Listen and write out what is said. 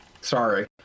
sorry